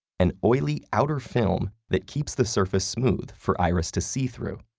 an oily outer film that keeps the surface smooth for iris to see through,